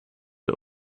der